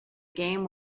game